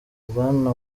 bwana